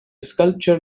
sculpture